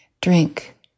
Drink